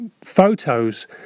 photos